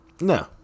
No